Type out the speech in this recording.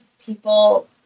people—